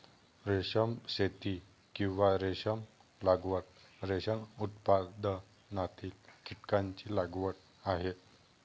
रेशीम शेती, किंवा रेशीम लागवड, रेशीम उत्पादनातील कीटकांची लागवड आहे